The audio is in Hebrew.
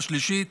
השלישית,